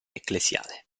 ecclesiale